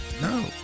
No